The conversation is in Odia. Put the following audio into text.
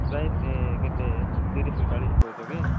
ପ୍ରାଇସ୍ କେତେ ତିରିଶରୁ ଚାଳିଶ କହୁଛ କି